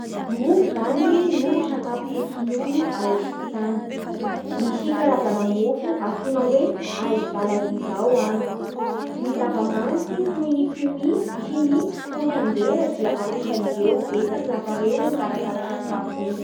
Mofo zany ny sakafo fototsy ny olo a Ejipta any, misy karana mofo antsoina hoe aish baladi zao any Ny zava manitsy toy ny cumi sy ny koriandera da ampiasaindreo betsaky lafa reo mikarakara sakafo iny